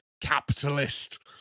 capitalist